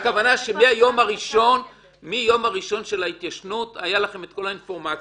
הכוונה שמהיום הראשון של ההתיישנות הייתה לכם כל אינפורמציה,